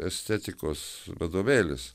estetikos vadovėlis